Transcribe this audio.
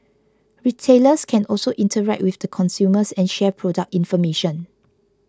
retailers can also interact with the consumers and share product information